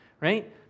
right